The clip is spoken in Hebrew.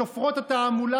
שופרות התעמולה,